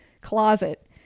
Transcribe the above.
closet